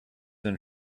and